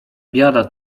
biada